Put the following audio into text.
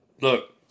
Look